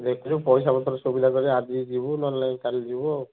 ଦେଖୁଛୁ ପଇସା ପତ୍ର ସବୁ ଯାକ ଯେ ଆଜି ଯିବୁ ନହେଲେ ନାଇଁ କାଲି ଯିବୁ ଆଉ